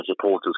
supporters